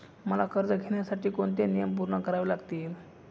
मला कर्ज घेण्यासाठी कोणते नियम पूर्ण करावे लागतील?